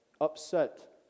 upset